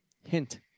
hint